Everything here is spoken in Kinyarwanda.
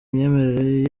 imyemerere